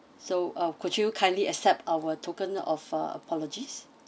so uh could you kindly accept our token of uh apologies